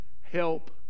help